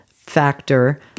factor